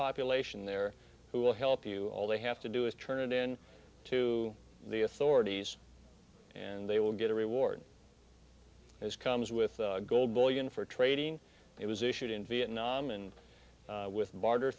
population there who will help you all they have to do is turn it in to the authorities and they will get a reward as comes with the goal bullion for trading it was issued in vietnam and with bar